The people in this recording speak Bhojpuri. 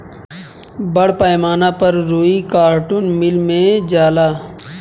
बड़ पैमाना पर रुई कार्टुन मिल मे जाला